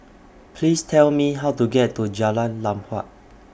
Please Tell Me How to get to Jalan Lam Huat